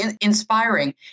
inspiring